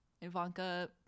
Ivanka